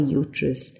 uterus